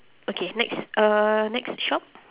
okay next uh next shop